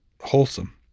wholesome